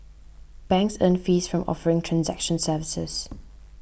banks earn fees from offering transaction services